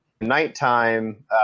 nighttime